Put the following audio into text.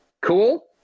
Cool